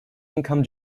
income